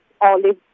olive